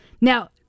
now